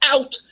out